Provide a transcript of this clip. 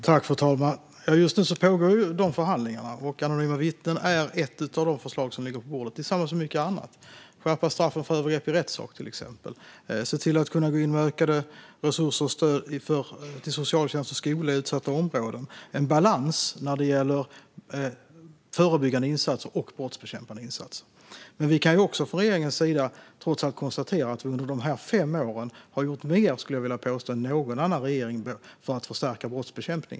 Fru talman! Just nu pågår de förhandlingarna. Förslaget om anonyma vittnen är ett förslag som ligger på bordet tillsammans med mycket annat, till exempel förslag om skärpta straff för övergrepp i rättssak. Det handlar också om att se till att man kan gå in med ökade resurser och stöd till socialtjänst och skola i utsatta områden och om en balans när det gäller förebyggande insatser och brottsbekämpande insatser. Men vi kan från regeringens sida trots allt konstatera att vi under dessa fem år har gjort mer, skulle jag vilja påstå, än någon annan regering för att förstärka brottsbekämpningen.